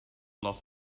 lot